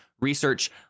Research